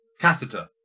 Catheter